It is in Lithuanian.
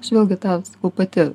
aš vėlgi tą sakau pati